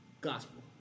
gospel